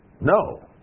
No